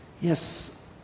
Yes